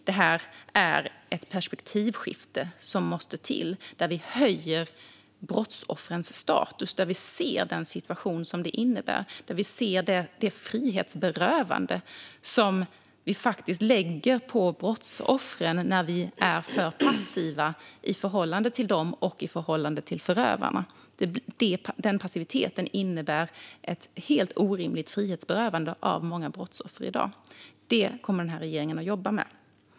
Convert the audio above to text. Det här är ett perspektivskifte som måste till, där vi höjer brottsoffrens status och ser den situation detta innebär. Vi ser det frihetsberövande som vi faktiskt lägger på brottsoffren när vi är för passiva i förhållande till dem och i förhållande till förövarna. Den passiviteten innebär ett helt orimligt frihetsberövande för många brottsoffer i dag. Det kommer regeringen att jobba med.